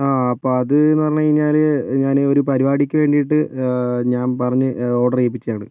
ആ അപ്പം അത് എന്ന് പറഞ്ഞ് കഴിഞ്ഞാല് ഞാന് ഒരു പരിപാടിക്ക് വേണ്ടിയിട്ട് ഞാൻ പറഞ്ഞ് ഓർഡർ ചെയ്യിപ്പിച്ചത് ആണ്